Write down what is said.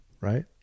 right